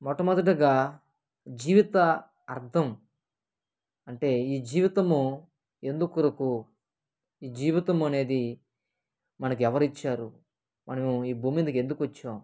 మొట్టమొదటిగా జీవిత అర్థం అంటే ఈ జీవితము ఎందు కొరకు ఈ జీవితం అనేది మనకి ఎవరు ఇచ్చారు మనము ఈ భూమి మీదకు ఎందుకు వచ్చాము